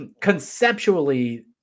conceptually